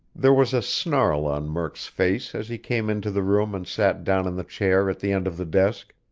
there was a snarl on murk's face as he came into the room and sat down in the chair at the end of the desk.